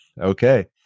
Okay